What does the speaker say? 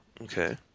Okay